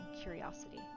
curiosity